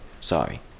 sorry